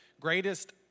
greatest